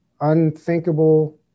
unthinkable